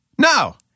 no